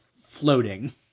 floating